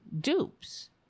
dupes